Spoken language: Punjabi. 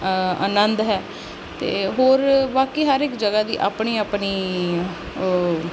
ਆਨੰਦ ਹੈ ਅਤੇ ਹੋਰ ਬਾਕੀ ਹਰ ਇੱਕ ਜਗ੍ਹਾ ਦੀ ਆਪਣੀ ਆਪਣੀ